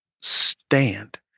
stand